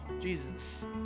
Jesus